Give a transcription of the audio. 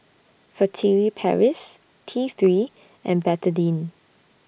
Furtere Paris T three and Betadine